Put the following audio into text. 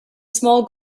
small